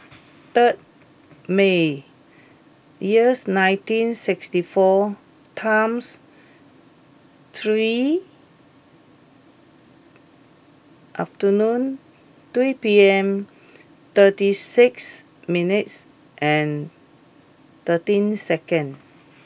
third May years nineteen sixty four times three afternoon two P M thirty six minutes and thirteen seconds